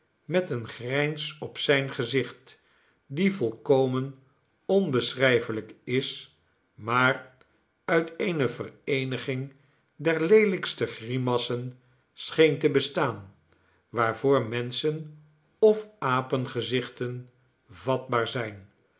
met een grijns op zijn gezicht die volkomen onbeschrijfelijk is maar uit eene vereeniging der leelijkste grimassen scheen te bestaan waarvoor menschen of apengezichten vatbaar zijn